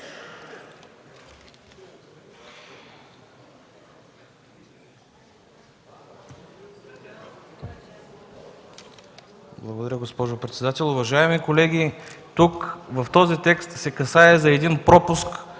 Благодаря, госпожо председател. Уважаеми колеги, в този текст се касае за пропуск,